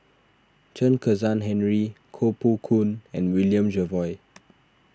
Chen Kezhan Henri Koh Poh Koon and William Jervois